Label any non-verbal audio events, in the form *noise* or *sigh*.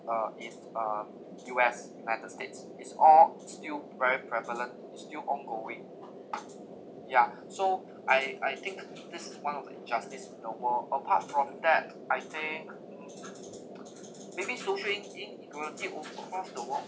uh is uh um U_S united states is all still very prevalent is still ongoing yeah so I I think this is one of the injustice in the world apart from that I think m~ *noise* maybe to social inequality of the of the world